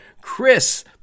Chris